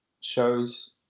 shows